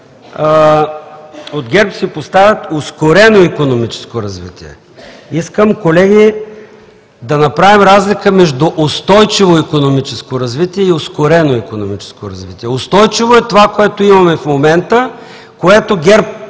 от ГЕРБ си поставят ускорено икономическо развитие. Искам, колеги, да направим разлика между устойчиво икономическо развитие и ускорено икономическо развитие. Устойчиво е това, което имаме в момента, което ГЕРБ